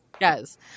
yes